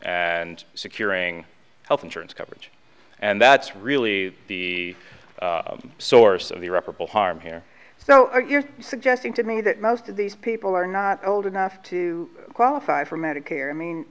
and securing health insurance coverage and that's really the source of the irreparable harm here so you're suggesting to me that most of these people are not old enough to qualify for medicare i mean